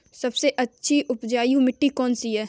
सबसे अच्छी उपजाऊ मिट्टी कौन सी है?